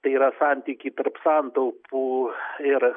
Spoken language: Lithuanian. tai yra santykį tarp santaupų ir